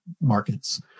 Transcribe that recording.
markets